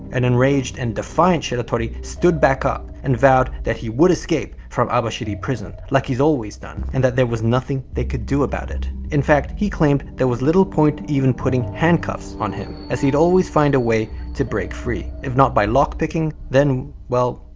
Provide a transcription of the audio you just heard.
an enraged and defiant shiratori stood back up and vowed that he would escape from abashiri prison, like he's always done, and that there was nothing they could do about it. in fact, he claimed there was little point even putting handcuffs on him, as he'd always find a way to break free, if not by lock picking, then well,